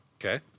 Okay